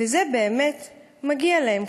/ וזה באמת מגיע להם,